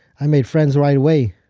i made friends right away.